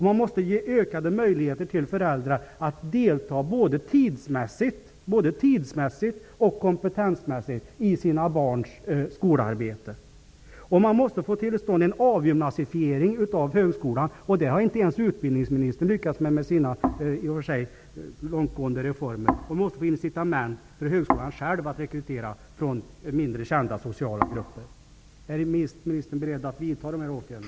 Vi måste ge ökade möjligheter för föräldrar att delta både tidsmässigt och kompetensmässigt i sina barns skolarbete. Vi måste få till stånd en avgymnasiefiering av högskolan. Det har inte ens utbildningsministern lyckats med genom sina i och för sig långtgående reformer. Vi måste få incitament för högskolan själv att rekrytera från mindre kända sociala grupper. Är ministern beredd att vidta dessa åtgärder?